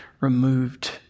removed